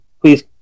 please